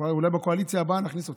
אולי בקואליציה הבאה נכניס אותך.